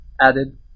added